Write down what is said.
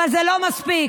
אבל לא מספיק.